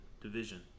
division